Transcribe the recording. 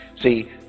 See